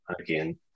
Again